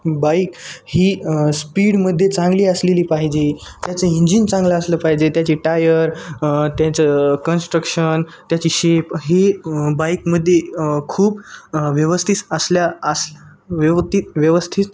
bike ही स्पीडमध्येे चांगली असलेली पाहिजे त्याचं इंजिन चांगलं असलं पाहिजे त्याची टायर त्याचं कन्स्ट्रक्शन त्याची शेप ही बाईक मध्ये खूप व्यवस्थिस असल्या अस व्यवती व्यवस्थित